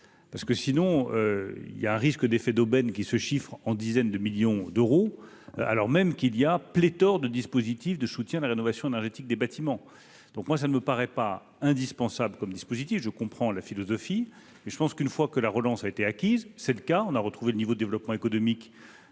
parce que sinon, il y a un risque d'effet d'aubaine qui se chiffrent en dizaines de millions d'euros, alors même qu'il y a pléthore de dispositifs de soutien à la rénovation énergétique des bâtiments, donc moi ça ne me paraît pas indispensable comme dispositif je comprends la philosophie mais je pense qu'une fois que la relance a été acquise, c'est le cas, on a retrouvé le niveau de développement économique